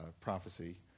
prophecy